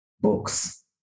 Books